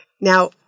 Now